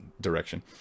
direction